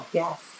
yes